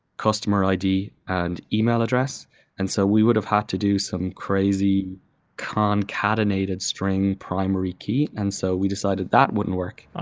customer id and yeah e-mail address and so we would've had to do some crazy concatenated string primary key, and so we decided that wouldn't work.